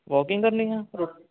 walking ਕਰਨੀ ਆ